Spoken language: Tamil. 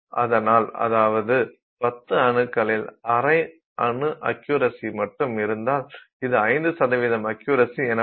அதனால் அதாவது 10 அணுக்களில் அரை அணு அக்யுரசி மட்டுமே இருந்தால் இது 5 அக்யுரசி எனப்படும்